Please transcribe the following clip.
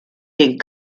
den